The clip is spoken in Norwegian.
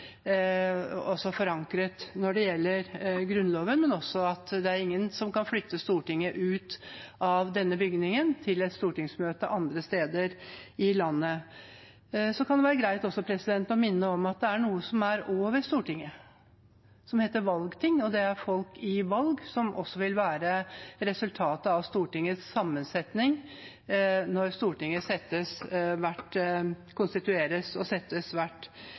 også være greit å minne om at det er noe som er over Stortinget, som heter valgting, og det er folk i valg, som vil være resultatet av Stortingets sammensetning når Stortinget konstitueres og settes